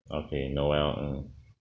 okay noel ng